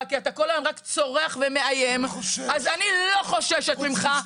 כי אתה כל היום רק צורח ומאיים אז אני לא חוששת ממך,